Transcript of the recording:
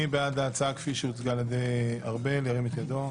מי בעד ההצעה כפי שהוצגה על ידי ארבל ירים את ידו.